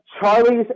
Charlie's